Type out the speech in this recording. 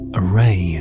array